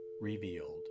revealed